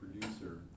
producer